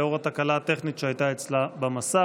לאור התקלה הטכנית שהייתה אצלה במסך.